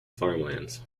farmlands